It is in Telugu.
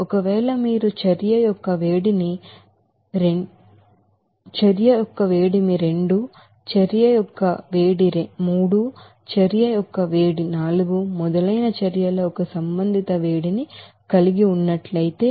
ఒకవేళ మీరు చర్య యొక్క వేడిమి చర్య యొక్క వేడిమి రెండు చర్య యొక్క వేడిమి మూడు చర్య యొక్క వేడిమి నాలుగు మొదలైన చర్యల యొక్క సంబంధిత వేడిని కలిగి ఉన్నట్లయితే